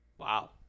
Wow